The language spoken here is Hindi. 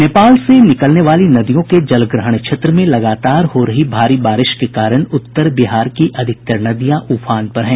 नेपाल से निकलने वाली नदियों के जलग्रहण क्षेत्र में लगातार हो रही भारी बारिश के कारण उत्तर बिहार की अधिकांश नदियां उफान पर हैं